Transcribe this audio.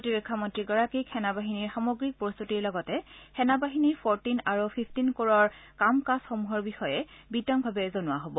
প্ৰতিৰক্ষা মন্ত্ৰীগৰাকীক সেনা বাহিনীৰ সামগ্ৰীক প্ৰস্তুতিৰ লগতে সেনা বাহিনীৰ ফৰটিন আৰু ফিফটিন কৰৰ কাম কাজসমূহৰ বিষয়ে বিতংভাৱে জনোৱা হ'ব